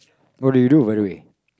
what do you do by the way